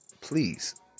please